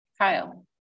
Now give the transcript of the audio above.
Kyle